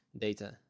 data